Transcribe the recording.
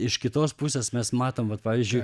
iš kitos pusės mes matom vat pavyzdžiui